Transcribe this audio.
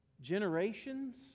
generations